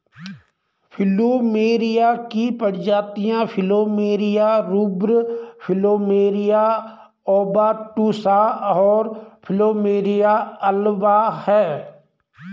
plumeria की प्रजातियाँ plumeria rubra, plumeria obtusa, और प्लुमेरिया अल्बा हैं